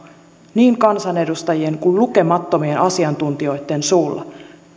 niin kansanedustajien kuin lukemattomien asiantuntijoitten suulla